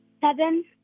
Seven